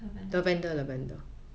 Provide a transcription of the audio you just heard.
lavender